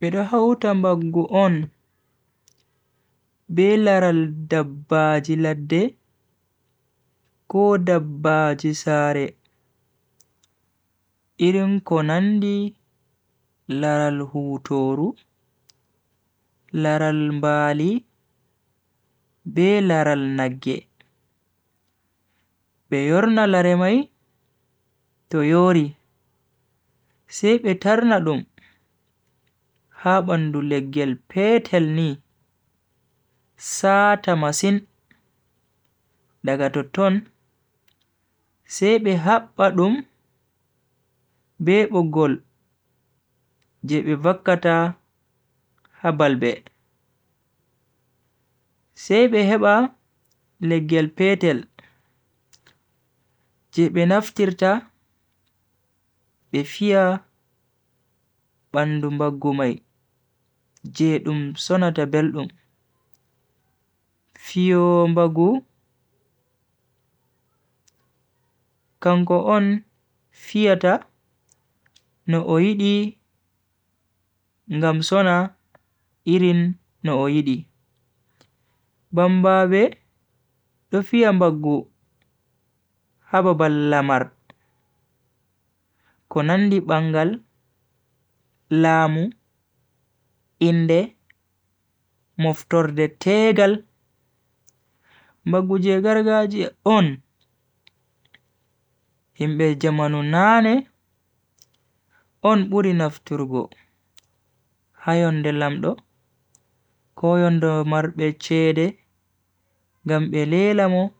Bidohauta mbagu on, bilara dabbaji lade, kodabbaji sare, irinkonandi lara lhutoru, lara mbali, bilara nage. Beyorna laremae Toyori Sepe tharna lum Bilaral nage. Biyorna larimai. Toyori. Sebe tarna dum. Habandu lege alpetel ni. Sata masin. Daga tuton. Sebe hapa dum. Bebogol. Jebe wakata habalbe. Sebe heba lege alpetel. Jebe naftirta befia bandumbagumai. Jebe umsona tabelum. Fiyo mbagu. Kungu ono. Jidumsona tabelu Fiyo mbagu Kanko on fiyata Nooidi Ngamsona irin nooidi Bambabe Lofia mbagu Hababal lamart Konandi bangal Lamu Kwa hivyo, kwabagu haba balamartu. Konandi pangal, laamu, inde, mufturde tegal. Mbagu je gargaji on. Himbe jamanu nane, on budi nafturgu. Hayonde lamdo. K koyondo marbe chede, gambe lelamo,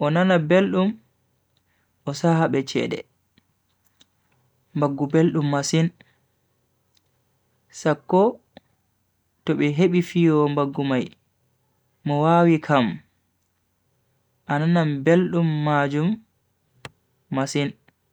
onana beldum, osahabe chede. Mbagu beldum masin. Sako, topehebi fio mbagum. Mwawikamu. Ananambelu majumu. Masin.